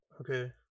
okay